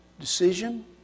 decision